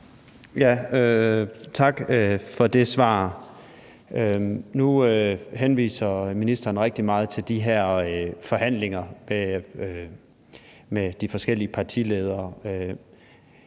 Tak for det svar. Nu henviser ministeren rigtig meget til de her forhandlinger med de forskellige partiledere.